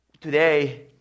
today